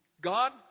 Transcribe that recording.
God